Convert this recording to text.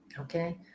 Okay